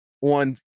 on